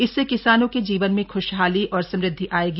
इससे किसानों के जीवन में ख्शहाली और समृद्धि आएगी